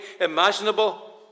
imaginable